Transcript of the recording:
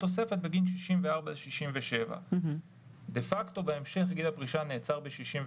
תוספת בגין הפער בין גיל 64 לגיל 67. דה פקטו בהמשך גיל הפרישה נעצר ב-62.